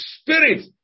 spirit